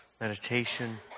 meditation